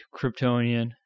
Kryptonian